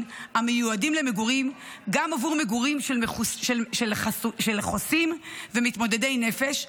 המיועדים למגורים גם בעבור מגורים של חוסים ומתמודדי נפש,